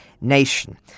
nation